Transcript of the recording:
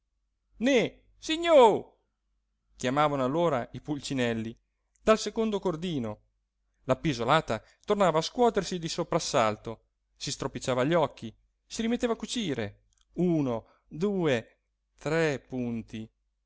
neh signo chiamavano allora i pulcinelli dal secondo cordino l'appisolata tornava a scuotersi di soprassalto si stropicciava gli occhi si rimetteva a cucire uno due tre punti